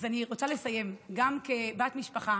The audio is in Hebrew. אז אני רוצה לסיים גם כבת משפחה